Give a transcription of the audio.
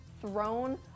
thrown